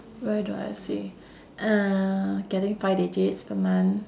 where do I see uh getting five digits per month